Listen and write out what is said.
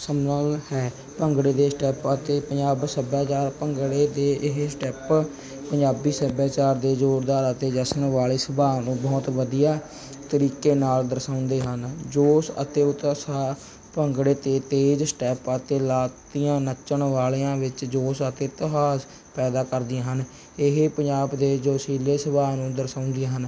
ਸੰਭਵ ਹੈ ਭੰਗੜੇ ਦੇ ਸਟੈਪ ਅਤੇ ਪੰਜਾਬ ਸੱਭਿਆਚਾਰ ਭੰਗੜੇ ਦੇ ਇਹ ਸਟੈਪ ਪੰਜਾਬੀ ਸੱਭਿਆਚਾਰ ਦੇ ਜ਼ੋਰਦਾਰ ਅਤੇ ਜਸ਼ਨ ਵਾਲੇ ਸੁਭਾਅ ਨੂੰ ਬਹੁਤ ਵਧੀਆ ਤਰੀਕੇ ਨਾਲ ਦਰਸਾਉਂਦੇ ਹਨ ਜੋਸ਼ ਅਤੇ ਉਤਸ਼ਾਹ ਭੰਗੜੇ 'ਤੇ ਤੇਜ਼ ਸਟੈਪ ਅਤੇ ਲਾਤੀਆਂ ਨੱਚਣ ਵਾਲਿਆਂ ਵਿੱਚ ਜੋਸ਼ ਅਤੇ ਇਤਿਹਾਸ ਪੈਦਾ ਕਰਦੀਆਂ ਹਨ ਇਹ ਪੰਜਾਬ ਦੇ ਜੋਸ਼ੀਲੇ ਸੁਭਾਅ ਨੂੰ ਦਰਸਾਉਂਦੀਆਂ ਹਨ